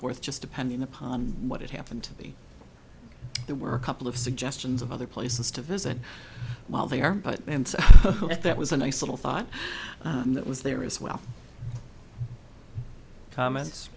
forth just depending upon what had happened to the there were a couple of suggestions of other places to visit while there but and so that was a nice little thought that was there as well comments